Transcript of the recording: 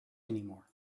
anymore